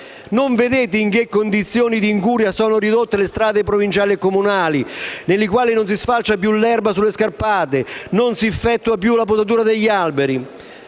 Non vedete in che condizione di incuria sono ridotte le strade provinciali e comunali, nelle quali non si sfalcia più l'erba sulle scarpate e non si effettua più la potatura degli alberi.